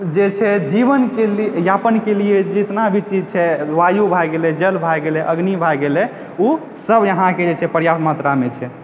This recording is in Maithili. जे छै जीवनके यापनके लिए जितना भी चीज छै वायु भए गेलै जल भए गेलै अग्नि भए गेलै उ सब यहाँके जे छै पर्याप्त मात्रामे छै